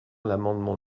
l’amendement